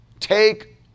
Take